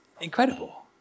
incredible